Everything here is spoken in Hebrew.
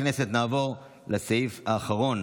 חברי הכנסת, נעבור לסעיף האחרון